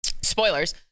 Spoilers